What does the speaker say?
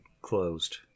closed